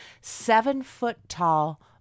seven-foot-tall